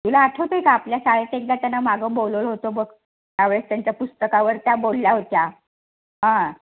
तुला आठवतं आहे का आपल्या शाळेत एकदा त्यांना मागं बोलवलं होतं बघ त्यावेळेस त्यांच्या पुस्तकावर त्या बोलल्या होत्या हां